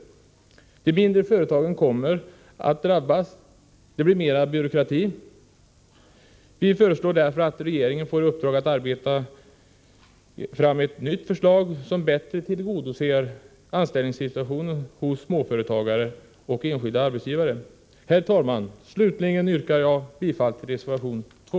Rege ringsförslaget kommer i stället att leda till att de mindre företagen drabbas och att det blir mera byråkrati. Vi föreslår därför att regeringen får i uppdrag att utarbeta ett nytt förslag, som är bättre anpassat till anställningssituationen hos småföretagare och enskilda arbetsgivare. Herr talman! Slutligen yrkar jag bifall till reservation 2.